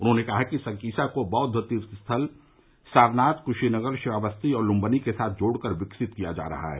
उन्होंने कहा कि संकिसा को बौद्ध तीर्थ स्थल सारनाथ कुशीनगर श्रावस्ती और लुम्बिनी के साथ जोड़कर विकसित किया जा सकता है